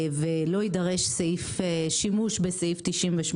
לשם כך לא יידרש שימוש בסעיף 98